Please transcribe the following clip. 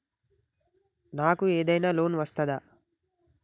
నాకు ఏదైనా లోన్ వస్తదా?